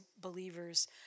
believers